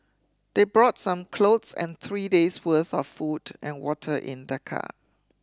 they brought some clothes and three days' worth of food and water in their car